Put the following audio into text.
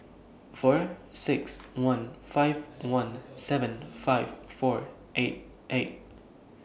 four six one five one seven five four eight eight